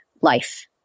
life